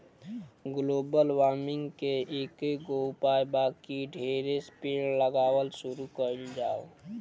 global warming के एकेगो उपाय बा की ढेरे पेड़ लगावल शुरू कइल जाव